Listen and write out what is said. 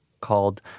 called